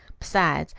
besides,